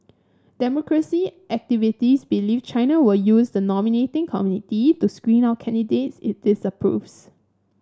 democracy activists believe China will use the nominating community to screen out candidates it disapproves